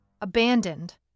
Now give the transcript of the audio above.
abandoned